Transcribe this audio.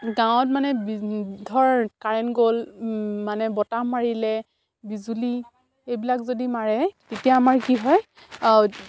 গাঁৱত মানে ধৰ কাৰেণ্ট গ'ল মানে বতাহ মাৰিলে বিজুলী এইবিলাক যদি মাৰে তেতিয়া আমাৰ কি হয়